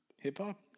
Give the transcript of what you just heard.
Hip-hop